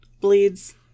Bleeds